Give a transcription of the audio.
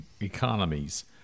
economies